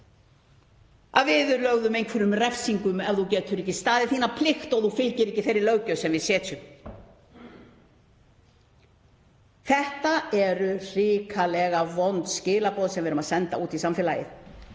að viðlögðum einhverjum refsingum ef þú getur ekki staðið þína plikt og þú fylgir ekki þeirri löggjöf sem við setjum. Þetta eru hrikalega vond skilaboð sem við erum að senda út í samfélagið